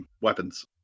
weapons